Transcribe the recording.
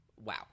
Wow